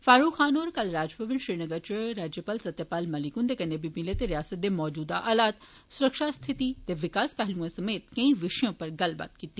फारूक खान होर कल राजभवन श्रीनगर च गवर्नर सत्यपाल मलिक हुन्दे नै बी मिले ते रियासतै दे मौजूदा हालात सुरक्षा स्थिति ते विकास पैह्लुए समेत केंई विषयें पर गल्लबात कीती